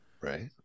Right